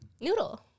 Noodle